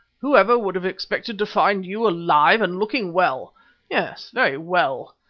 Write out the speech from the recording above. whoever would have expected to find you alive and looking well yes, very well?